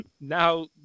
now